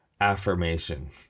affirmation